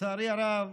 לצערי הרב,